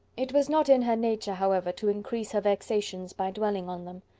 it was not in her nature, however, to increase her vexations by dwelling on them.